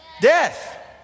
death